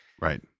Right